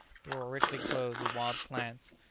but were richly clothed with wild plants,